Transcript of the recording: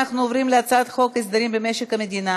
אנחנו עוברים להצעת חוק הסדרים במשק המדינה